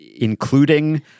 including